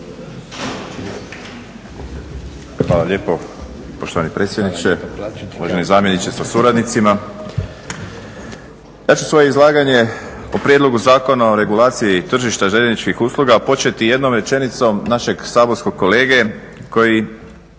Hvala lijepo poštovani predsjedniče. Uvaženi zamjeniče sa suradnicima. Ja ću svoje izlaganje o prijedlogu zakona o regulaciji tržišta željezničkih tržišta početi jednom rečenicom našeg saborskog kolege koji